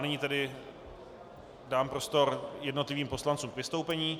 Nyní tedy dám prostor jednotlivým poslancům k vystoupení.